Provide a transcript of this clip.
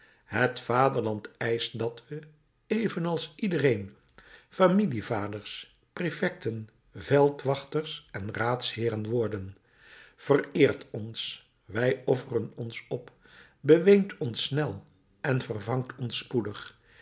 het vaderland eischt dat we evenals iedereen familievaders préfecten veldwachters en raadsheeren worden vereert ons wij offeren ons op beweent ons snel en vervangt ons spoedig